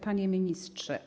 Panie Ministrze!